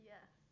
Yes